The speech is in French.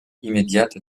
immédiate